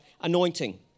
anointing